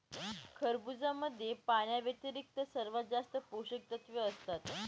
खरबुजामध्ये पाण्याव्यतिरिक्त सर्वात जास्त पोषकतत्वे असतात